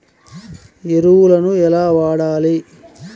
ఎరువులను ఎలా వాడాలి?